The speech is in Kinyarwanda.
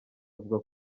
avuga